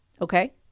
Okay